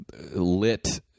lit